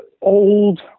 old